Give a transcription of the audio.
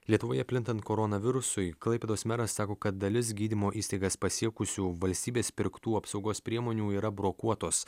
lietuvoje plintant koronavirusui klaipėdos meras sako kad dalis gydymo įstaigas pasiekusių valstybės pirktų apsaugos priemonių yra brokuotos